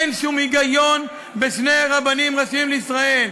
אין שום היגיון בשני רבנים ראשיים לישראל.